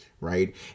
right